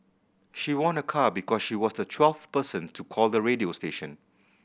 she won a car because she was the twelfth person to call the radio station